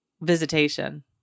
visitation